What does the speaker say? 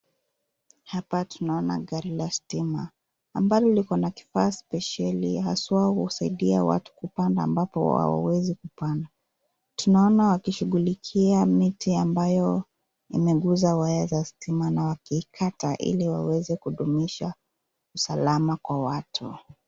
Hapa tunaona gari la stima ambalo liko na kifaa spesheli haswa husaidia watu kupanda ambapo wao hawawezi kupanda. Tunaona wakishughulikia miti ambayo imeguza waya za stima na wakikata ili waweze kudumisha usalama kwa watu.